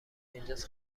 اینجاس